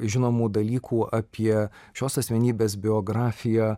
žinomų dalykų apie šios asmenybės biografiją